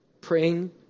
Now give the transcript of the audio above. praying